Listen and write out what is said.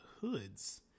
hoods